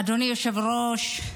אדוני היושב-ראש,